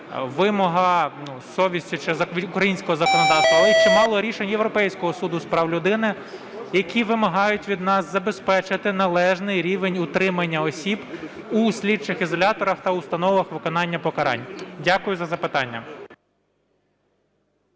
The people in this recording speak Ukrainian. вимога совісті чи українського законодавства, але і чимало рішень Європейського суду з прав людини, які вимагають від нас забезпечити належний рівень утримання осіб у слідчих ізоляторах та установах виконання покарань. Дякую за запитання.